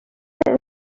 this